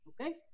Okay